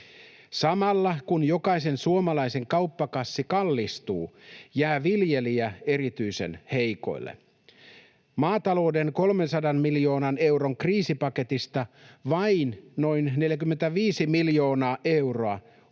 Samalla kun jokaisen suomalaisen kauppakassi kallistuu, jää viljelijä erityisen heikoille. Maatalouden 300 miljoonan euron "kriisipaketista" vain noin 45 miljoonaa euroa